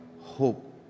Hope